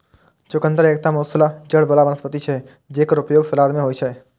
चुकंदर एकटा मूसला जड़ बला वनस्पति छियै, जेकर उपयोग सलाद मे होइ छै